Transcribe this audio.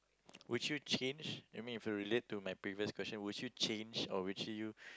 would you change I mean if you relate to my previous question would you change or would you